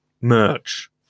merch